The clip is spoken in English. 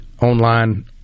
online